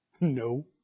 No